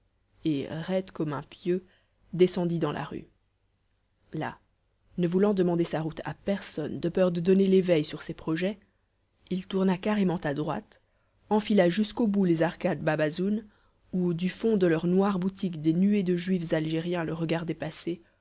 et raide comme un pieu descendit dans la rue là ne voulant demander sa route à personne de peur de donner l'éveil sur ses projets il tourna carrément à droite enfila jusqu'an bout les arcades bab azoun où du fond de leurs noires boutiques des nuées de juifs algériens le